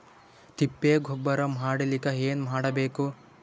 ತಿಪ್ಪೆ ಗೊಬ್ಬರ ಮಾಡಲಿಕ ಏನ್ ಮಾಡಬೇಕು?